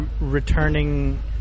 returning